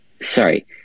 Sorry